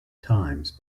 times